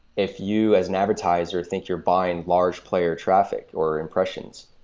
if you, as an advertiser, think you're buying large player traffic, or impressions,